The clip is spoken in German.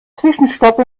zwischenstopp